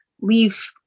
leave